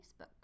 Facebook